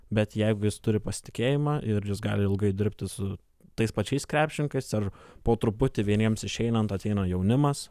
bet jeigu jis turi pasitikėjimą ir jis gali ilgai dirbti su tais pačiais krepšininkais ar po truputį vieniems išeinant ateina jaunimas